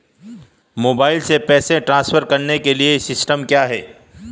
Mobile से पैसे transfer करने के लिए सिस्टम क्या है?